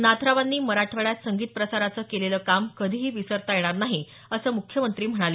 नाथरावांनी मराठवाड्यात संगीत प्रसाराचं केलेलं काम कधीही विसरता येणार नाही असं मुख्यमंत्री म्हणाले